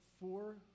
four